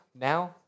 now